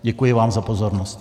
Děkuji vám za pozornost.